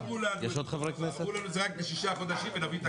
דחו לנו את זה רק בשישה חודשים ואמרו שיביאו תקנות.